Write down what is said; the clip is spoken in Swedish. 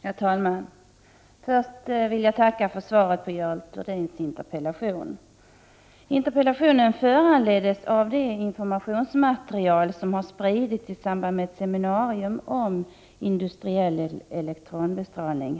Herr talman! Först vill jag tacka för svaret på Görel Thurdins interpellation. Interpellationen föranleddes av det informationsmaterial som har spritts i samband med ett seminarium här i Sverige förra månaden om industriell elektronbestrålning.